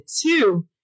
two